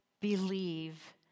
Believe